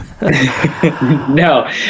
No